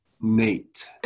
Nate